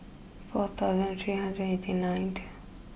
four thousand three hundred and eighty ninth